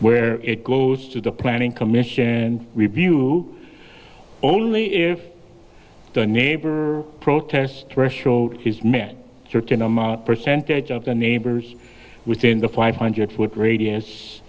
where it goes to the planning commission and review only if the neighbor protests threshold his net certain amount percentage of the neighbors within the five hundred foot radius